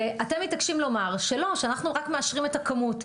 ואתם מתעקשים לומר שלא: שאנחנו רק מאשרים את הכמות.